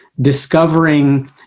discovering